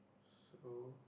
so